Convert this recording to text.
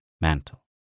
mantle